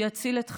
שיציל את חיינו.